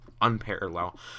unparalleled